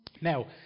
Now